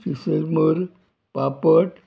किसूरमूर पापट